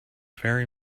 very